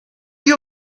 you